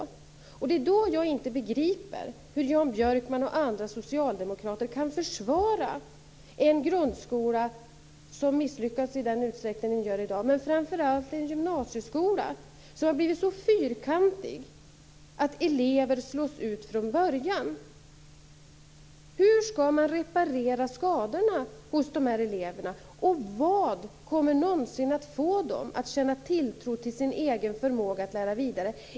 Det är i det avseendet som jag inte begriper hur Jan Björkman och andra socialdemokrater kan försvara en grundskola som misslyckas i den utsträckning som i dag är fallet, och framför allt en gymnasieskola som har blivit så fyrkantig att elever slås ut redan från början. Hur skall man kunna reparera skadorna vad gäller de här eleverna? Vad kommer någonsin att få dem att känna tilltro till den egna förmågan att lära vidare?